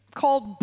called